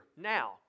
now